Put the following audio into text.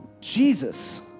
Jesus